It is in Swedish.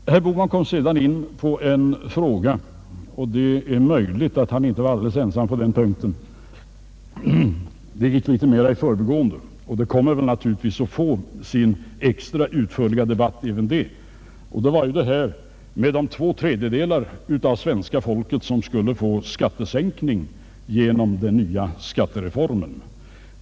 Herr Bohman kom sedan in på en annan fråga — och det är möjligt att han inte var helt ensam på den punkten, det var litet mera i förbigående men även den frågan kommer naturligtvis att få sin extra utförliga debatt — nämligen om de två tredjedelar av svenska folket som skulle få en skattesänkning genom den nya skattereformen.